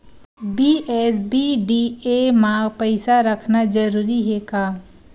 BSBDA मा पईसा रखना जरूरी हे का?